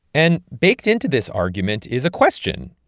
and baked into this argument is a question.